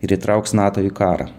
ir įtrauks nato į karą